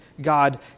God